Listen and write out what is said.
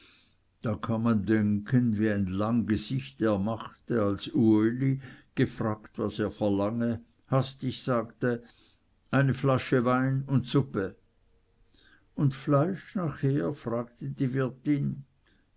da kann man denken wie ein lang gesicht er machte als uli gefragt was er verlange hastig sagte eine flasche wein und suppe und fleisch nachher fragte die wirtin